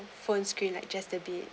phone screen like just a bit